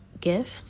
gift